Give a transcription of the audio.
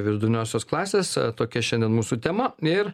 viduriniosios klasės tokia šiandien mūsų tema ir